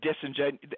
disingenuous –